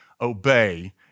obey